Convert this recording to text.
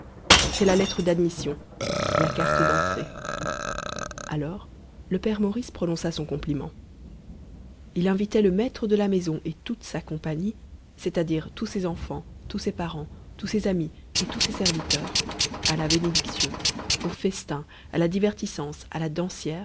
c'est la lettre d'admission la carte d'entrée alors le père maurice prononça son compliment il invitait le maître de la maison et toute sa compagnie c'est-à-dire tous ses enfants tous ses parents tous ses amis et tous ses serviteurs à la bénédiction au festin à la divertissance à la dansière